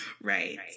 right